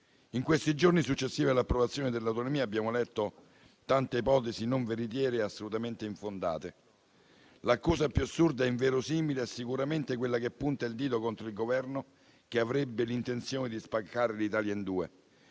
In questi giorni successivi all'approvazione della legge sull'autonomia differenziata abbiamo letto tante ipotesi non veritiere e assolutamente infondate. L'accusa più assurda e inverosimile è sicuramente quella che punta il dito contro il Governo, che avrebbe l'intenzione di spaccare l'Italia in